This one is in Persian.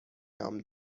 نام